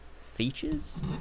Features